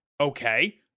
Okay